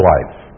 Life